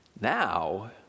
Now